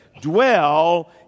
dwell